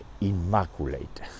Immaculate